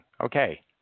Okay